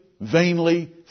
vainly